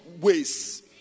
ways